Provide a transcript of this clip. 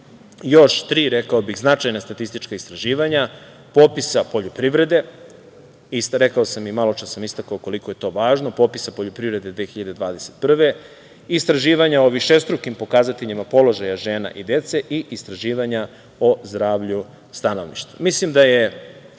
još tri, rekao bih, značajna statistička istraživanja – popis poljoprivrede, rekao sam i maločas i istakao koliko je to važno, popis poljoprivrede 2021. godine, istraživanja o višestrukim pokazateljima položaja žena i dece i istraživanja o zdravlju stanovništva. Mislim